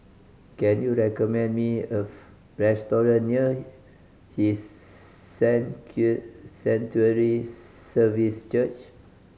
can you recommend me of restaurant near His Sanctuary Service Church